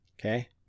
Okay